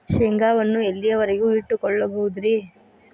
ಶೇಂಗಾವನ್ನು ಎಲ್ಲಿಯವರೆಗೂ ಇಟ್ಟು ಕೊಳ್ಳಬಹುದು ರೇ?